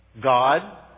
God